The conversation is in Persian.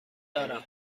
دارم